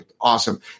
Awesome